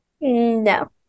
No